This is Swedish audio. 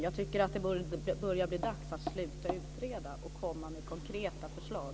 Jag tycker att det börjar bli dags att sluta utreda och komma med konkreta förslag.